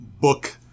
book